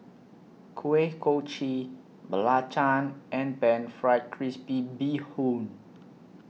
Kuih Kochi Belacan and Pan Fried Crispy Bee Hoon